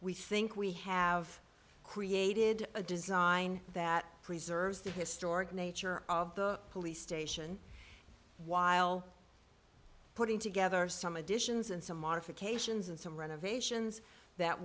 we think we have created a design that preserves the historic nature of the police station while putting together some additions and some modifications and some renovations that